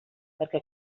perquè